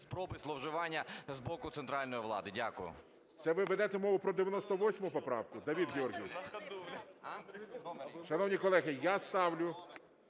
спроби зловживання з боку центральної влади. Дякую. ГОЛОВУЮЧИЙ. Це ви ведете мову про 98 поправку, Давид Георгійович? Шановні колеги, я ставлю